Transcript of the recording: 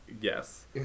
Yes